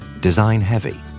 design-heavy